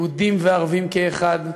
יהודים וערבים כאחד,